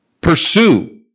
Pursue